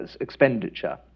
expenditure